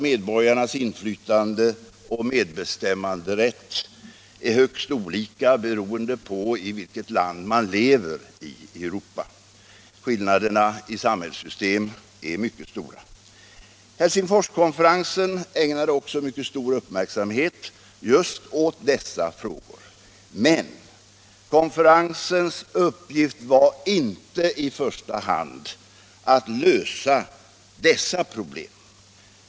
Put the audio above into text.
Medborgarnas inflytande och medbestämmanderätt är högst olika, beroende på i vilket land i Europa de lever. Skillnaderna i samhällssystem är mycket stora. Helsingforskonferensen ägnade också stor uppmärksamhet åt just dessa frågor. Men konferensens uppgift var inte i första hand att lösa dessa problem.